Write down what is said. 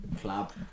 club